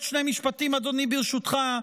עוד שני משפטים, אדוני, ברשותך.